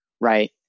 Right